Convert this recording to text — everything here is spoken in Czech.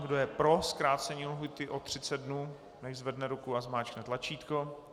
Kdo je pro zkrácení lhůty o 30 dnů, nechť zvedne ruku a zmáčkne tlačítko.